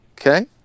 okay